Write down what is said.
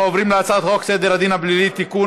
אנחנו עוברים להצעת חוק סדר הדין הפלילי (תיקון,